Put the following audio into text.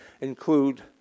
include